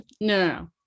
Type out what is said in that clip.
no